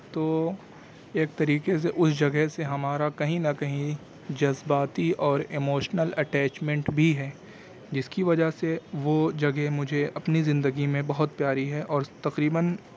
تو ایک طریقے سے اس جگہ سے ہمارا کہیں نہ کہیں جذباتی اور ایموشنل اٹیچمنٹ بھی ہے جس کی وجہ سے وہ جگہ مجھے اپنی زندگی میں بہت پیاری ہے اور تقریباََ